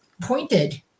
pointed